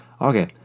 Okay